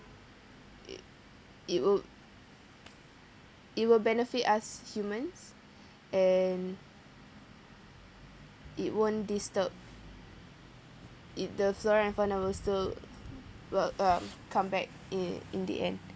it it would it will benefit us humans and it won't disturb it the flora and fauna will still will um come back in in the end